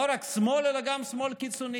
לא רק שמאל אלא גם שמאל קיצוני.